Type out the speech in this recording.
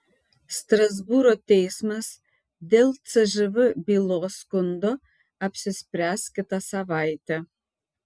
strasbūro teismas dėl cžv bylos skundo apsispręs kitą savaitę